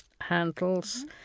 handles